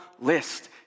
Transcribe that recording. list